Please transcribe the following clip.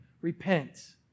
Repent